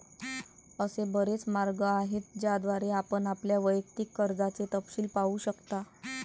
असे बरेच मार्ग आहेत ज्याद्वारे आपण आपल्या वैयक्तिक कर्जाचे तपशील पाहू शकता